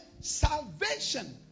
Salvation